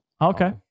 Okay